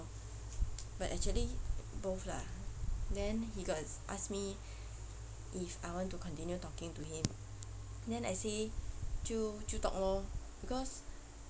but actually both lah then he got ask me if I want to continue talking to him then I say just just talk lor because